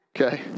Okay